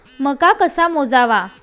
मका कसा मोजावा?